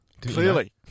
Clearly